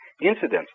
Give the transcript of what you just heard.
incidents